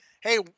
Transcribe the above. Hey